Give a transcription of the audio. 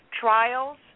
trials